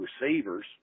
receivers